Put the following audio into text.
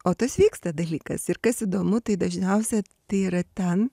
o tas vyksta dalykas ir kas įdomu tai dažniausia tai yra ten